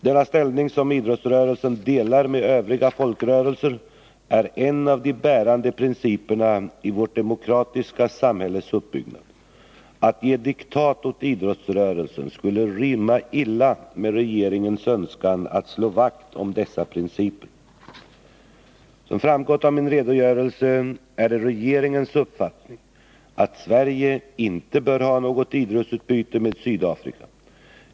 Denna ställning, som idrottsrörelsen delar med övriga folkrörelser, är en av de bärande principerna i vårt demokratiska samhälles uppbyggnad. Att ge diktat åt idrottsrörelsen skulle rimma illa med regeringens önskan att slå vakt om dessa principer. Som framgått av min redogörelse är det regeringens uppfattning att Sverige inte bör ha något idrottsutbyte med Sydafrika.